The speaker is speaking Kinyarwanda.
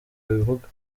babivuga